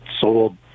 sold